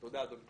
תודה, אדוני.